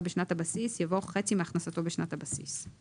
בשנת הבסיס" יבוא "חצי מהכנסתו בשנת הבסיס".